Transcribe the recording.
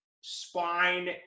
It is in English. spine